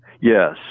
Yes